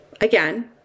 Again